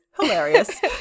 hilarious